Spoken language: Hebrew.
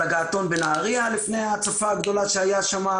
הגעתון בנהרייה לפני ההצפה הגדולה שהייתה שם,